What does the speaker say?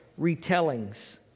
retellings